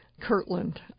Kirtland